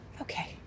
okay